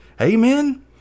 Amen